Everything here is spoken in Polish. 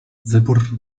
wybór